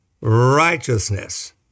righteousness